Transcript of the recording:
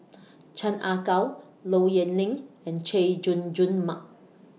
Chan Ah Kow Low Yen Ling and Chay Jung Jun Mark